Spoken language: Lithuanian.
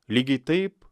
lygiai taip